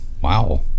wow